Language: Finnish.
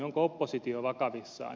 onko oppositio vakavissaan